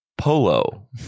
polo